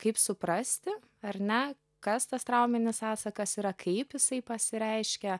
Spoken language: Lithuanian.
kaip suprasti ar ne kas tas trauminis atsakas yra kaip jisai pasireiškia